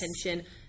attention